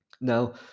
Now